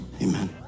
amen